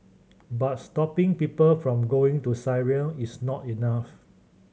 but stopping people from going to Syria is not enough